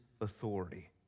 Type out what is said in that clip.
authority